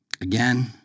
Again